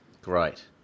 Great